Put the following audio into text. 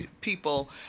people